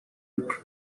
blake